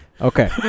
okay